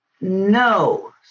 no